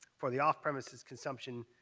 for the off-premises consumption.